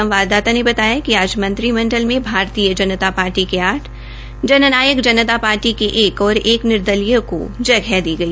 संवाददाता ने बताया कि आज मंत्रिमंडल में भारतीय जनता पार्टी के आठ जन नायक जनता पार्टी के एक एक निर्दलीय को जगह दी गई